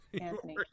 Anthony